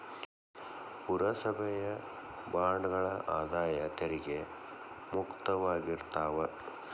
ಪುರಸಭೆಯ ಬಾಂಡ್ಗಳ ಆದಾಯ ತೆರಿಗೆ ಮುಕ್ತವಾಗಿರ್ತಾವ